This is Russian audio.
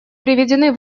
приведены